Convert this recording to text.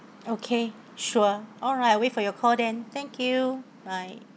okay sure alright I'll wait for your call then thank you bye